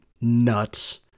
nuts